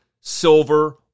silver